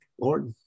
Lord